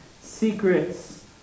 secrets